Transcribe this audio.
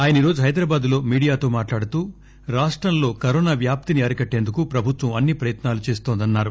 ఆయన ఈ రోజు హైదరాబాద్ లో మీడియాతో మాట్లాడుతూ రాష్టంలో కరోనా వ్యాప్తిని అరికట్టేందుకు ప్రభుత్వం అన్ని ప్రయత్నాలు చేస్తోందన్నారు